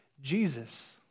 Jesus